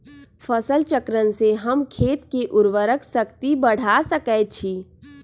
फसल चक्रण से हम खेत के उर्वरक शक्ति बढ़ा सकैछि?